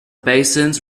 basins